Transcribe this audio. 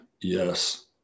Yes